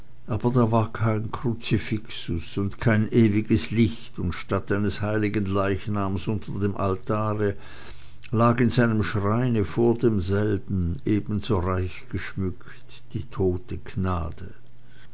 aber da war kein kruzifixus und kein ewiges licht und statt eines heiligen leichnams unter dem altare lag in einem schreine vor demselben ebenso reich geschmückt die tote gnade